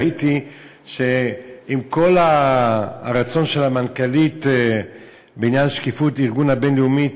ראיתי שעם כל הרצון של המנכ"לית בעניין שקיפות הארגון הבין-לאומי,